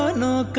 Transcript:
ah know